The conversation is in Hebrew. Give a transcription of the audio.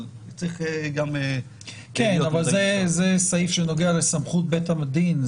אבל צריך גם להיות מודעים --- אבל זה סעיף שנוגע לסמכות בית הדין,